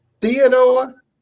Theodore